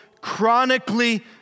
chronically